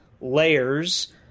layers